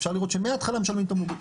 ואפשר לראות שמהתחלה משלמים תמלוגים.